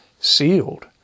Sealed